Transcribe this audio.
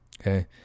Okay